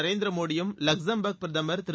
நரேந்திர மோடியும் லக்ஸம்பார்க் பிரதமர் திரு